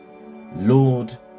Lord